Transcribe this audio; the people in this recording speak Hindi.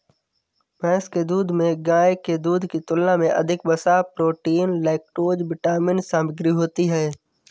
भैंस के दूध में गाय के दूध की तुलना में अधिक वसा, प्रोटीन, लैक्टोज विटामिन सामग्री होती है